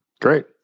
Great